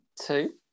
two